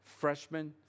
Freshmen